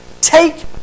Take